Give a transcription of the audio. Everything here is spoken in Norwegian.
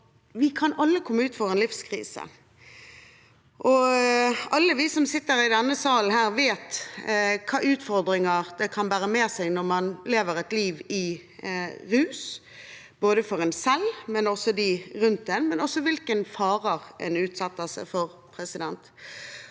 vi kan alle komme ut for en livskrise. Alle vi som sitter i denne salen, vet hvilke utfordringer det kan bære med seg når man lever et liv i rus, både for en selv og for menneskene rundt, men også hvilke farer man utsetter seg for.